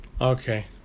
Okay